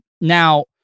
Now